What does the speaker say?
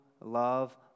love